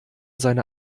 seine